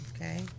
Okay